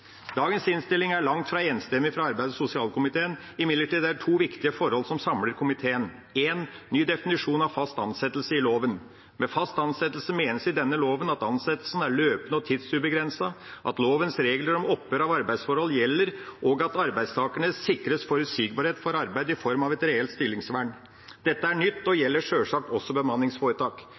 Dagens innstilling fra arbeids- og sosialkomiteen er langt fra enstemmig. Imidlertid er det to viktige forhold som samler komiteen: For det første – ny definisjon av fast ansettelse i loven: Med fast ansettelse menes i denne loven at ansettelsen er løpende og tidsubegrenset, at lovens regler om opphør av arbeidsforhold gjelder, og at arbeidstakerne sikres forutsigbarhet for arbeid i form av et reelt stillingsvern. Dette er nytt og gjelder sjølsagt også bemanningsforetak.